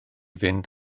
fynd